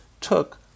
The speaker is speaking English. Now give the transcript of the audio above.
took